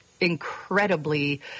incredibly